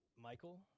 michael